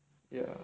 ya